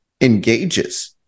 engages